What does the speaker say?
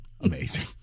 Amazing